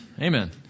amen